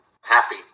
happy